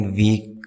weak